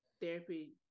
therapy